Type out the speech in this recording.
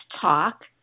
talk